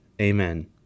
Amen